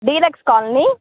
deluxe colony